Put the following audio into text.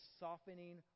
softening